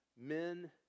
men